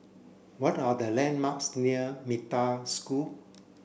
what are the landmarks near Metta School